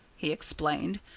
he explained.